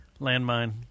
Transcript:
Landmine